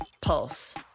pulse